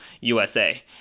USA